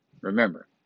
Remember